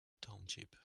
township